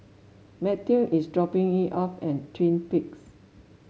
Matthew is dropping me off at Twin Peaks